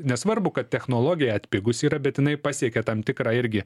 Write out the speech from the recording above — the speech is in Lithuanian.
nesvarbu kad technologija atpigus yra bet jinai pasiekia tam tikrą irgi